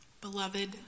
Beloved